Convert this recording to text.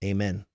Amen